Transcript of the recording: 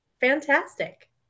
Fantastic